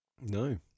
No